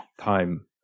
Time